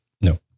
No